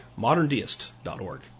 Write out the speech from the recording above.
moderndeist.org